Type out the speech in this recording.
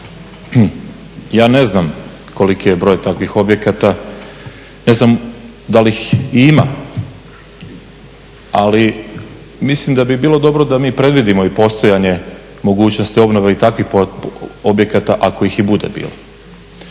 Ja ne znam koliki je broj takvih objekata. Ne znam da li ih i ima, ali mislim da bi bilo dobro da mi predvidimo i postojanje mogućnosti obnove i takvih objekata ako ih i bude bilo.